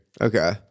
Okay